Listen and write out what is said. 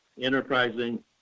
enterprising